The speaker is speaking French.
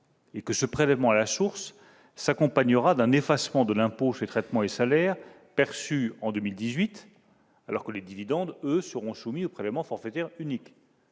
matin. Ce prélèvement à la source s'accompagnera d'un effacement de l'impôt sur les traitements et salaires perçus en 2018, alors que les dividendes, eux, seront soumis au prélèvement forfaitaire unique.